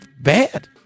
bad